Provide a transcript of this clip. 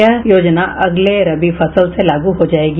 यह योजना अगले रबी फसल से लागू हो जायेगी